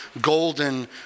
golden